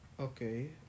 Okay